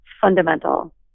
fundamental